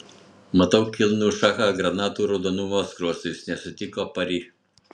matau kilnų šachą granatų raudonumo skruostais nesutiko pari